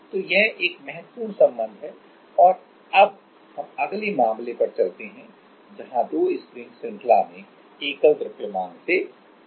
तो यह एक महत्वपूर्ण संबंध है और अब हम अगले मामले पर चलते हैं जहां दो स्प्रिंग श्रृंखला में एक एकल द्रव्यमान से जुड़े हुए हैं